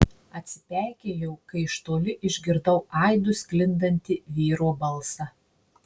atsipeikėjau kai iš toli išgirdau aidu sklindantį vyro balsą